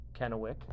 Kennewick